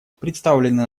представленный